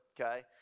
okay